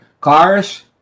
cars